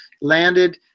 landed